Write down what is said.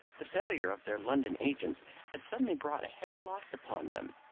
the failure of their london agents had suddenly brought a heavy loss upon them,